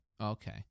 Okay